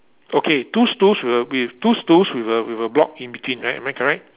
okay two stools with a with two stools with a with a block in between right am I correct